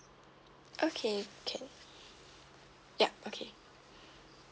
okay can up okay